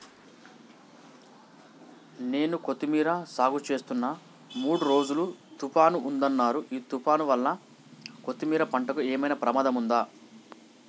నేను కొత్తిమీర సాగుచేస్తున్న మూడు రోజులు తుఫాన్ ఉందన్నరు ఈ తుఫాన్ వల్ల కొత్తిమీర పంటకు ఏమైనా ప్రమాదం ఉందా?